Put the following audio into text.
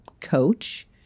coach